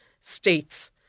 state's